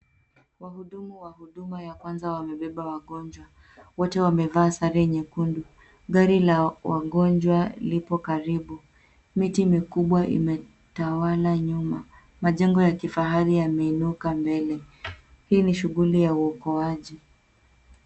Wahudumu wa huduma ya kwanza wamebeba wagonjwa. Wote wamevaa sare nyekundu. Gari la wagonjwa lipo karibu. Miti mikubwa imetawala nyuma. Majengo ya kifahari yameinuka mbele. Hii ni shughuli ya uokoaji.